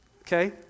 okay